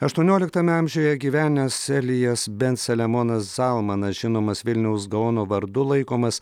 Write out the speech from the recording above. aštuonioliktame amžiuje gyvenęs elijas bens saliamonas zalmanas žinomas vilniaus gaono vardu laikomas